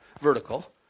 vertical